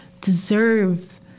deserve